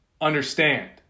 understand